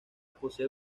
posee